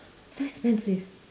so expensive